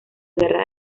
guerra